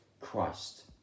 Christ